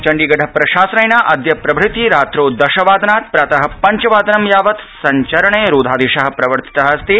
चंडीगढ़ प्रशासनेन अद्य प्रभृति रात्रौ दशवादनात् प्रात पंचवादनं यावत् संचरणे रोधादेश प्रवर्तित अस्ति